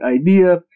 idea